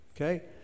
Okay